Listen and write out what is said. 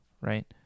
right